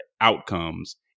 outcomes